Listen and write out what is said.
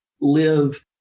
live